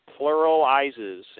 pluralizes